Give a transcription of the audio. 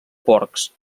porcs